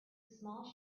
small